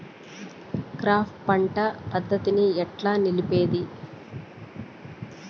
Crop పంట పద్ధతిని ఎట్లా నిలిపేది?